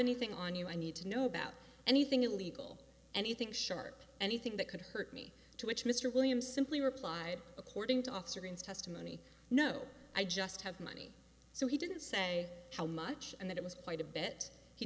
anything on you i need to know about anything illegal anything sharp anything that could hurt me to which mr williams simply replied according to officer green's testimony no i just have money so he didn't say how much and that it was quite a bit he